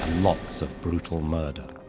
lots of brutal murder,